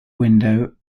window